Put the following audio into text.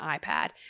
iPad